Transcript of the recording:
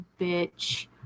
bitch